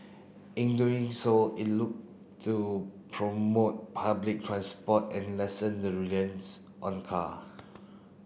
in doing so it look to promote public transport and lessen the reliance on car